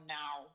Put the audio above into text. now